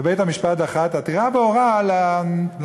בית-המשפט דחה את העתירה והורה לממשלה